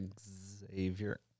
Xavier